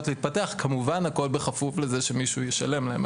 הכשרות שספק מי מממן אותן,